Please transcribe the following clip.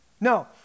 No